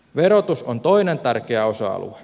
verotus on toinen tärkeä osa alue